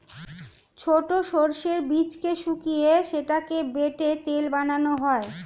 ছোট সর্ষের বীজকে শুকিয়ে সেটাকে বেটে তেল বানানো হয়